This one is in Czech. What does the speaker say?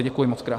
Děkuji mockrát.